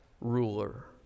ruler